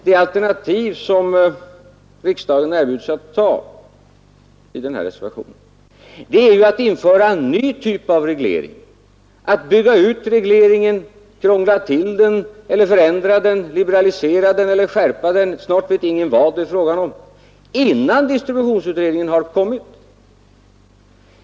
Det alternativ som riksdagen erbjuds i reservationen är ju att införa en ny typ av reglering, att bygga ut regleringen, att krångla till den, att förändra den, att liberalisera den eller att skärpa den — snart vet ingen vad det är fråga om — innan distributionsutredningens betänkande har kommit.